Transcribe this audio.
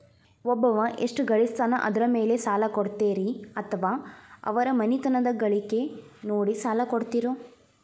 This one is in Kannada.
ಒಬ್ಬವ ಎಷ್ಟ ಗಳಿಸ್ತಾನ ಅದರ ಮೇಲೆ ಸಾಲ ಕೊಡ್ತೇರಿ ಅಥವಾ ಅವರ ಮನಿತನದ ಗಳಿಕಿ ನೋಡಿ ಸಾಲ ಕೊಡ್ತಿರೋ?